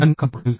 ഞാൻ കാൺപൂർ ഐ